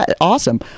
awesome